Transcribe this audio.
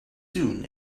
soon